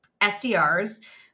SDRs